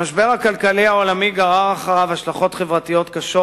המשבר הכלכלי העולמי גרר אחריו השלכות חברתיות קשות,